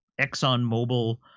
ExxonMobil